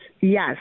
yes